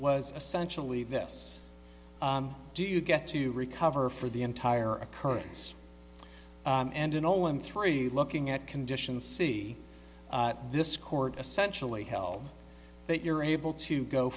was essentially this do you get to recover for the entire occurrence and in olam three looking at conditions see this court essentially held that you're able to go